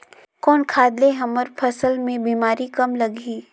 कौन खाद ले हमर फसल मे बीमारी कम लगही?